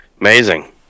Amazing